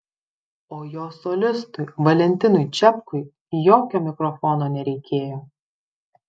o jo solistui valentinui čepkui jokio mikrofono nereikėjo